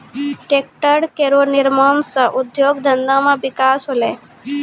tractor केरो निर्माण सँ उद्योग धंधा मे बिकास होलै